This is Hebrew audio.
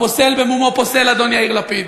הפוסל במומו פוסל, אדון יאיר לפיד.